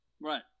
Right